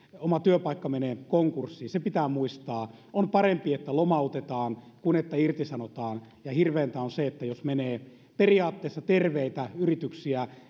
oma työpaikka menee konkurssiin se pitää muistaa on parempi että lomautetaan kuin että irtisanotaan ja hirveintä on se jos menee periaatteessa terveitä yrityksiä